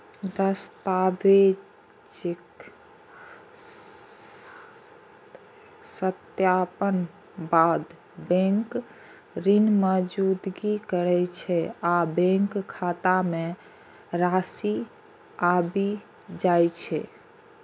दस्तावेजक सत्यापनक बाद बैंक ऋण मंजूर करै छै आ बैंक खाता मे राशि आबि जाइ छै